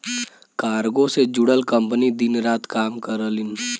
cargo से जुड़ल company दिन रात काम करलीन